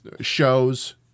shows